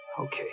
Okay